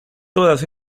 todas